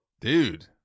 Dude